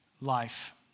life